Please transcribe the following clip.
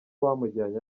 bamujyanye